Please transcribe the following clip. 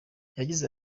yagize